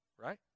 right